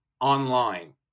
online